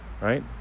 Right